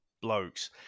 blokes